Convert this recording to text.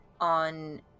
on